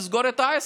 תסגור את העסק.